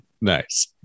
Nice